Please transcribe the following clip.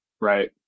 right